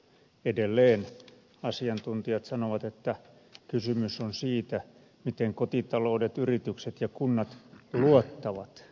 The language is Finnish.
edelleen asiantuntijat sanovat että kysymys on siitä miten kotitaloudet yritykset ja kunnat luottavat tulevaisuuteen